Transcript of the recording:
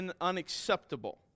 unacceptable